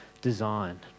design